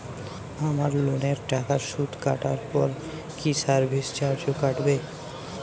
আমার লোনের টাকার সুদ কাটারপর কি সার্ভিস চার্জও কাটবে?